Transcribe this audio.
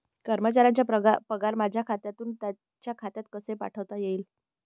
कर्मचाऱ्यांचे पगार माझ्या खात्यातून त्यांच्या खात्यात कसे पाठवता येतील?